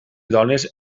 dones